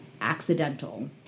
accidental